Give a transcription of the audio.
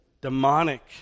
demonic